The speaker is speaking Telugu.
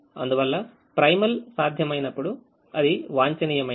అందువల్ల primal సాధ్యమైనప్పుడు అది వాంఛనీయమైనది